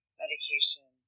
medication